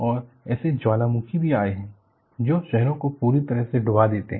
औरऐसे ज्वालामुखी भी आए हैं जो शहरों को पूरी तरह से डुबा देते हैं